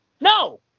No